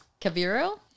Kabiru